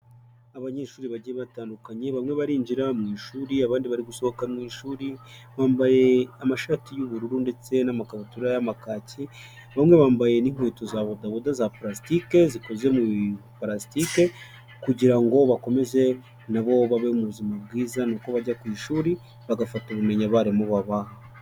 Abanyeshuri bagiye batandukanye, bamwe barinjira mu ishuri abandi bari gusohoka mu ishuri, bambaye amashati y'ubururu ndetse n'amakabutura y'amakaki, bamwe bambaye n'inkweto za bodaboda za purasitike, zikoze mu ibiparasitike kugira ngo bakomeze na bo babe muzima bwiza ni uko bajya ku ishuri, bagafata ubumenyi abarimu babaha.